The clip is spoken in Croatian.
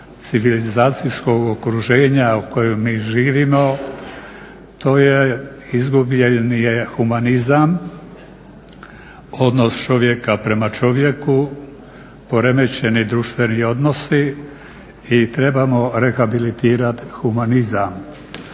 civilizacijskog okruženja u kojem mi živimo. To je izgubljen je humanizam, odnos čovjeka prema čovjeku, poremećeni društveni odnosi i trebamo rehabilitirat humanizam